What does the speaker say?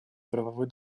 правовой